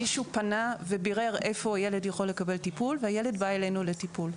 מישהו פנה ובירר איפה הילד יכול לקבל טיפול והילד בא אלינו לטיפול.